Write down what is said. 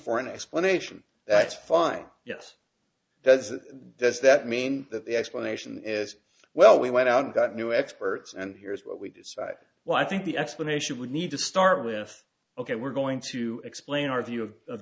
for an explanation that's fine yes does it does that mean that the explanation is well we went out and got new experts and here is what we decide what i think the explanation would need to start with ok we're going to explain our view of